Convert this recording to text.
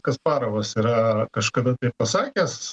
kasparovas yra kažkada pasakęs